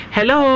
Hello